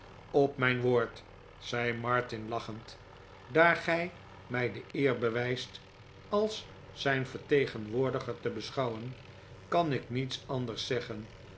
op mijn woord zei martin lachend daar gij mij de eer bewijst mij als zijn vertegenwoordiger te beschouwen kan ik niets anders zeggen